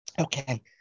Okay